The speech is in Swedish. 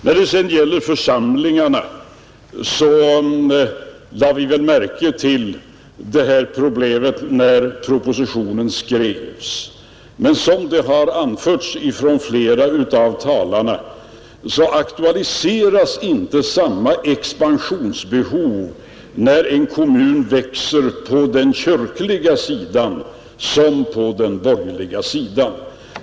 När det gäller församlingarna lade vi märke till detta problem när propositionen skrevs. Men som anförts från flera av talarna aktualiseras inte samma expansion av lokalbehov på den kyrkliga sidan som på den borgerliga sidan när en kommun växer.